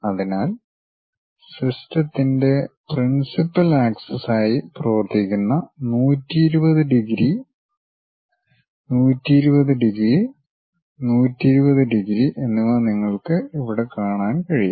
അതിനാൽ സിസ്റ്റത്തിന്റെ principal axis ആയി പ്രവർത്തിക്കുന്ന 120 ഡിഗ്രി 120 ഡിഗ്രി 120 ഡിഗ്രി എന്നിവ നിങ്ങൾക്ക് ഇവിടെ കാണാൻ കഴിയും